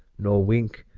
nor wink,